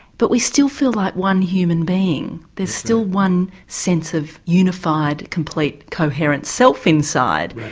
but we still feel like one human being, there's still one sense of unified, complete, coherent self inside.